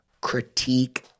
critique